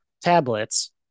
tablets